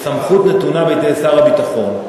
הסמכות נתונה בידי שר הביטחון,